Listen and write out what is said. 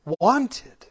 wanted